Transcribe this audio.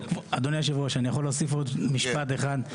אדוני יושב הראש, אני יכול להוסיף עוד משפט אחד?